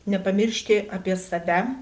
nepamiršti apie save